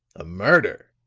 a murder!